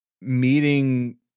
meeting